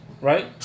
right